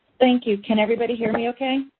thank you. can everybody hear me okay?